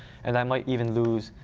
and i might even lose,